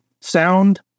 Sound